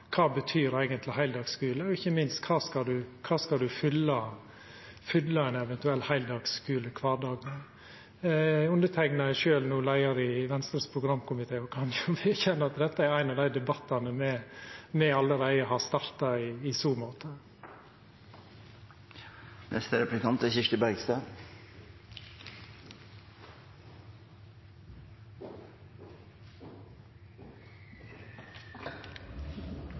betyr eigentleg heildagsskule? Og ikkje minst: Kva skal ein fylla ein eventuell heildagsskulekvardag med? Underteikna er no sjølv leiar i Venstres programkomité og kan vedkjenna at dette er ein av dei debattane me allereie har starta i så måte. Dagens regjering har økt kontantstøtten. Det er